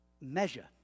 measure